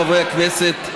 חברי הכנסת,